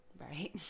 Right